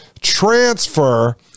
transfer